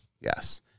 Yes